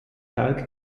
teil